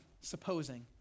supposing